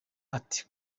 ati